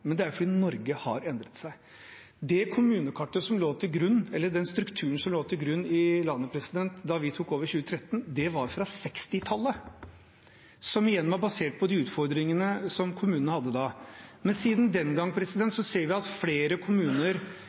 Norge har endret seg. Den kommunestrukturen som lå til grunn i landet da vi tok over i 2013, var fra 1960-tallet og basert på de utfordringene som kommunene hadde da. Siden den gang har vi sett at flere kommuner